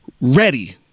ready